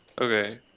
Okay